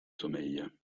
sommeil